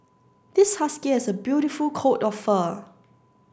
this husky has a beautiful coat of fur